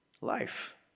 life